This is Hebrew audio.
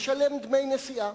משלם דמי נסיעה.